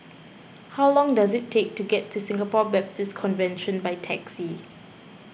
how long does it take to get to Singapore Baptist Convention by taxi